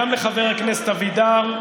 וגם לחבר הכנסת אבידר,